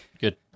Good